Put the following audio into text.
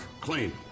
clean